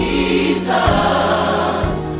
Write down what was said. Jesus